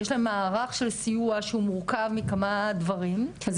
יש להם מערך של סיוע שהוא מורכב מכמה דברים --- אז